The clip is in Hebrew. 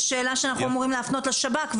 זו שאלה שהיינו אמורים להפנות לשב"כ.